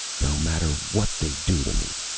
no matter what they do to me.